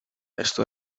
esto